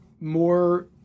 more